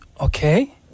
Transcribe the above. Okay